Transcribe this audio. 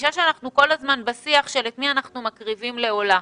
מרגישה שאנחנו כל הזמן בשיח של: את מי אנחנו מקריבים לעולה.